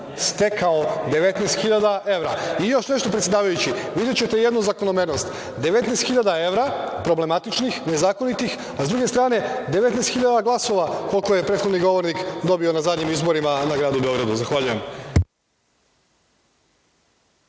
stekao 19 hiljada evra? Još nešto, predsedavajući, videćete jednu zakonomernost, 19 hiljada evra, problematičnih, nezakonitih, a sa druge strane 19 hiljada glasova, koliko je prethodni govornik dobio na zadnjim izborima u gradu Beogradu. Zahvaljujem.